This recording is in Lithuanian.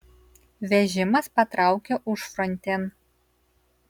vežimas patraukė užfrontėn